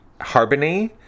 Harbony